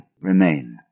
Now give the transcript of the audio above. remained